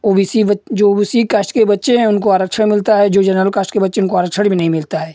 ओ B C बच जो उसी कास्ट के बच्चे हैं उनको आरक्षण मिलता है जो जेनेरल कास्ट के बच्चे हैं उनको आरक्षण भी नहीं मिलता है